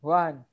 one